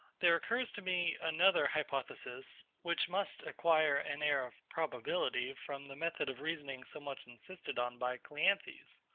there occurs to me another hypothesis, which must acquire an air of probability from the method of reasoning so much insisted on by cleanthes.